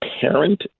parent